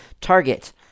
target